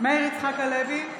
מאיר יצחק הלוי,